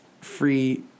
free